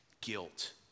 Guilt